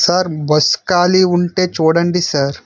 sir bus ఖాళీ ఉంటే చూడండి సార్